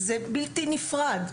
זה בלתי נפרד.